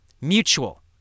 Mutual